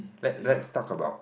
let let's talk about